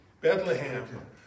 Bethlehem